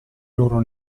loro